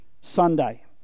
Sunday